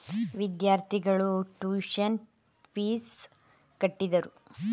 ವಿದ್ಯಾರ್ಥಿಗಳು tuition fees ಕಟ್ಟಿದರು